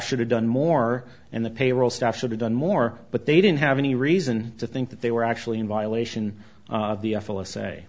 should have done more in the payroll stuff should have done more but they didn't have any reason to think that they were actually in violation of the full of say